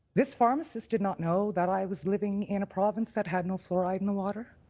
this pharmacist did not know that i was living in a province that had no fluoride in the water.